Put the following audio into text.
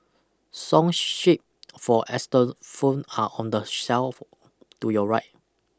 song sheet for xylophone are on the shelf to your right